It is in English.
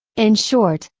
in short,